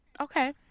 Okay